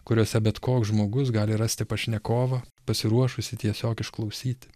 kuriose bet koks žmogus gali rasti pašnekovą pasiruošusį tiesiog išklausyti